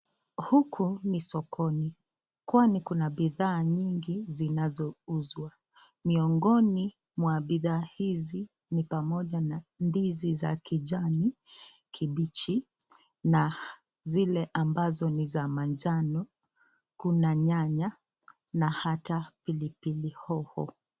Huku ni sokoni kwani kuna bidhaa nyingi zinazouzwa. Miongoni mwa bidhaa hizi ni pamoja na ndizi za kijani kibichi na zile ambazo ni za manjano, kuna nyanya na ata pilipili hoho.